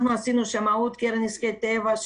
אנחנו עשינו שמאות על ידי קרן לנזקי טבע,